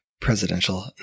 presidential